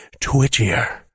twitchier